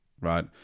right